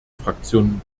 fraktionen